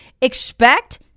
expect